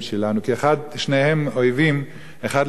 שניהם אויבים אחד לשני,